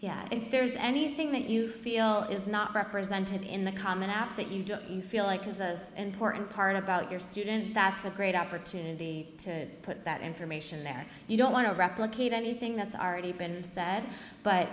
yeah and there's anything that you feel is not represented in the common app that you feel like is as important part about your student that's a great opportunity to put that information there you don't want to replicate anything that's already been said but